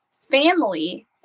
family